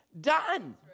done